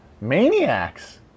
maniacs